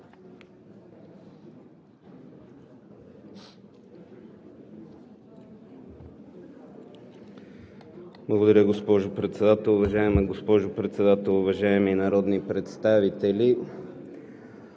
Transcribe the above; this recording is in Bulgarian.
Уважаема госпожо Председател, уважаеми народни представители!